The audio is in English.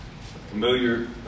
Familiar